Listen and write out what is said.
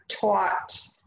taught